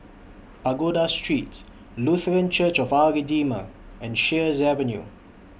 Pagoda Street Lutheran Church of Our Redeemer and Sheares Avenue